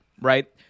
right